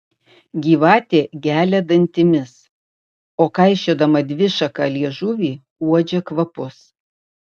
gyvatė gelia dantimis o kaišiodama dvišaką liežuvį uodžia kvapus